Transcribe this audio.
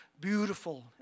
beautiful